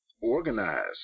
organize